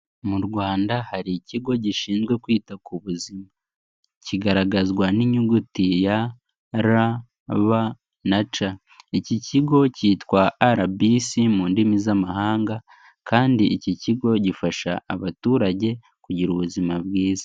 Mu Rwanda hari ikigo gishinzwe kwita ku buzima kigaragazwa n'inyuguti ya RBC, iki kigo cyitwa RBC mu ndimi z'amahanga kandi iki kigo gifasha abaturage kugira ubuzima bwiza.